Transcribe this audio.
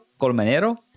Colmenero